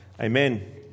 Amen